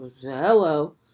Hello